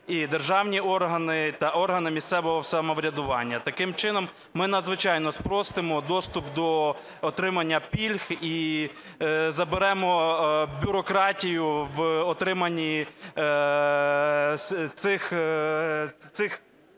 і державні органи та органи місцевого самоврядування. Таким чином ми надзвичайно спростимо доступ до отримання пільг і заберемо бюрократію в отриманні цих,